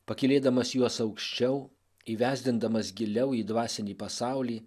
pakylėdamas juos aukščiau įvesdindamas giliau į dvasinį pasaulį